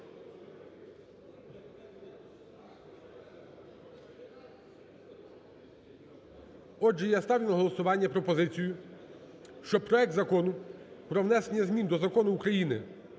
Отже, я ставлю на голосування пропозицію, що проект Закону про внесення змін до Закону України